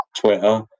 Twitter